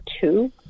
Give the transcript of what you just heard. two